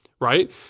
right